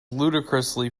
ludicrously